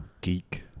geek